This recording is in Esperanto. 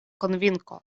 konvinko